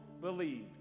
believed